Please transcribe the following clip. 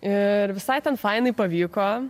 ir visai ten fainai pavyko